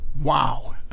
Wow